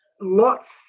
lots